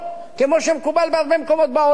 כמו שמקובל בהרבה מקומות בעולם.